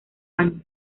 años